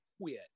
quit